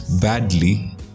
badly